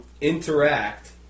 interact